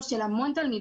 זה קול של הרבה תלמידים.